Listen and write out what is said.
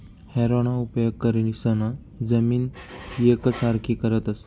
हॅरोना उपेग करीसन जमीन येकसारखी करतस